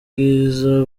bwiza